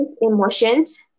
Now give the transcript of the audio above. emotions